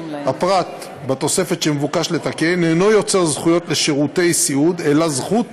הפרט בתוספת שמבוקש לתקן אינו יוצר זכויות לשירותי סיעוד אלא זכות